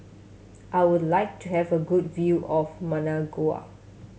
I would like to have a good view of Managua